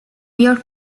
york